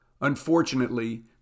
Unfortunately